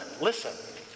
listen